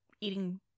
eating